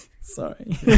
sorry